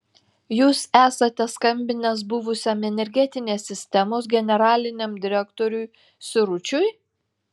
jūs esate skambinęs buvusiam energetinės sistemos generaliniam direktoriui siručiui